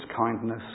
kindness